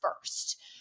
first